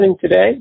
today